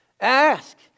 Ask